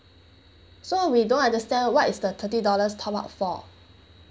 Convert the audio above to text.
so we don't understand what is the thirty dollars top up for